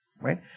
right